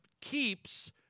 keeps